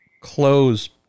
close